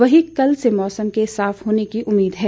वहीं कल से मौसम के साफ होने की उम्मीद है